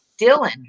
Dylan